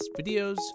videos